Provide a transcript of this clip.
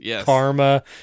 karma